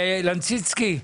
לנציצקי,